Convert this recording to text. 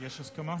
יש הסכמה?